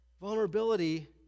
vulnerability